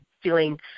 feeling